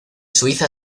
suiza